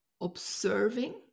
observing